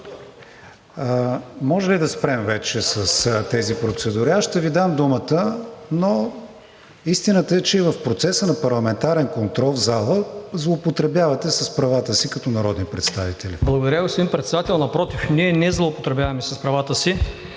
Може ли да спрем вече с тези процедури. Ще Ви дам думата, но истината е, че в процеса на парламентарен контрол в залата злоупотребявате с правата си като народни представители. СЕВИМ АЛИ (ДПС): Благодаря, господин Председател. Напротив, ние не злоупотребяваме с правата си